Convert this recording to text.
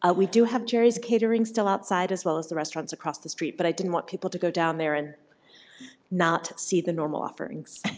ah we do have jerry's catering still outside, as well as the restaurants across the street. but i didn't want people to go down there and not see the normal offerings.